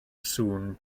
sŵn